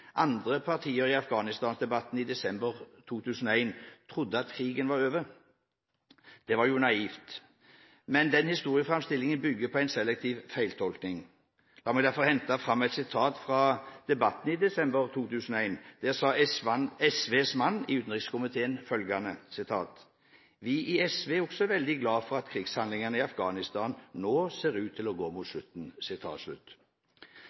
andre partier i Afghanistan-debatten i desember 2001 trodde at krigen var over. Det var jo naivt. Men den historieframstillingen bygger på en selektiv feiltolkning. La meg derfor hente fram et sitat fra debatten i desember 2001. Der sa SVs mann i utenrikskomiteen følgende: «Vi i SV er også veldig glade for at krigshandlingane i Afghanistan no ser ut til å gå mot